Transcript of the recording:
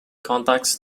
contacts